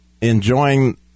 enjoying